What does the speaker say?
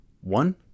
one